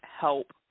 help